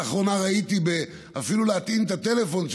לאחרונה ראיתי שאפילו על להטעין את הטלפון,